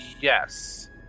yes